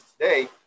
today